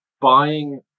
buying